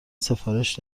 سفارش